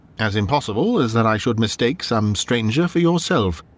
as impossible as that i should mistake some stranger for yourself.